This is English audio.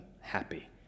happy